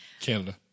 canada